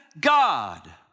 God